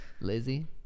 Lizzie